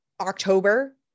October